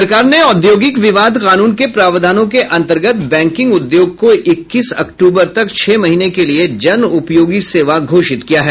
सरकार ने औद्योगिक विवाद कानून के प्रावधानों के अंतर्गत बैंकिंग उद्योग को इक्कीस अक्टूबर तक छह महीने के लिये जन उपयोगी सेवा घोषित किया है